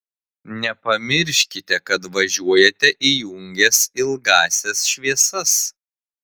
nepamirškite kad važiuojate įjungęs ilgąsias šviesas